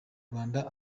rwanda